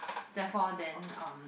therefore then um